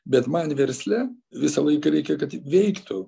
bet man versle visą laiką reikia kad veiktų